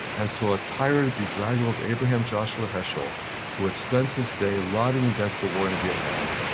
and saw a tired, bedraggled abraham joshua heschel who had spent his day lobbying against the war in vietnam,